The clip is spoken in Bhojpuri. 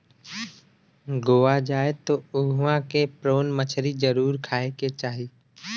गोवा जाए त उहवा के प्रोन मछरी जरुर खाए के चाही